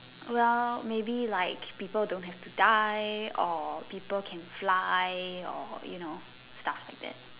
well maybe like people don't have to die or people can fly or you know stuff like that